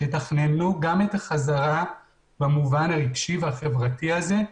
שיתכננו גם את החזרה במובן הרגשי והחברתי הזה.